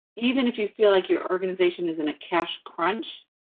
even if you feel like your organization is in a cash crunch,